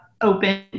open